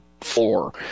four